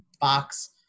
box